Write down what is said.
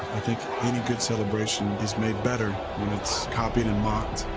think any good celebration is made better when it's copied and mocked.